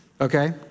Okay